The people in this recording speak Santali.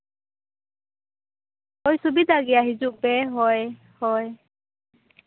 ᱦᱳᱭ ᱥᱩᱵᱤᱫᱟ ᱜᱮᱭᱟ ᱦᱤᱡᱩᱜ ᱯᱮ ᱦᱳᱭ ᱦᱳᱭ